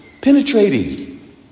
penetrating